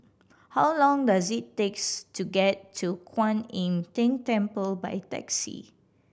how long does it takes to get to Kwan Im Tng Temple by taxi